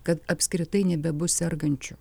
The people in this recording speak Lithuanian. kad apskritai nebebus sergančių